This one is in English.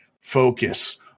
focus